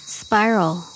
spiral